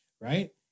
right